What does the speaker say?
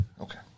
Okay